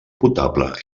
potable